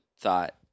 thought